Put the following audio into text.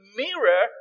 mirror